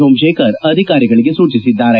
ಸೋಮಶೇಖರ್ ಅಧಿಕಾರಿಗಳಿಗೆ ಸೂಚಿಸಿದ್ದಾರೆ